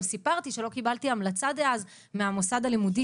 גם סיפרתי שלא קיבלתי המלצה דאז מהמוסד הלימודי